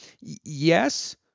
Yes